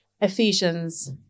Ephesians